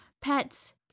pets